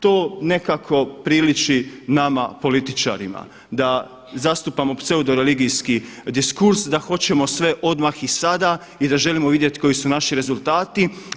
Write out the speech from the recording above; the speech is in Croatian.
To nekako priliči nama političarima, da zastupamo pseudo religijski diskurs da hoćemo sve odmah i sada i da želimo vidjeti koji su naši rezultati.